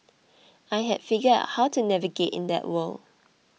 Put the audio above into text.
I had figured out how to navigate in that world